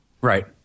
Right